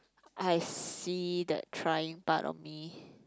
I see the trying part of me